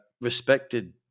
respected